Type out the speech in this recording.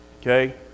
Okay